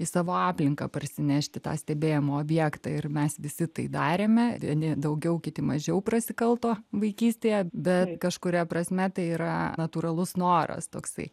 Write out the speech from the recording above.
į savo aplinką parsinešti tą stebėjimo objektą ir mes visi tai darėme vieni daugiau kiti mažiau prasikalto vaikystėje bet kažkuria prasme tai yra natūralus noras toksai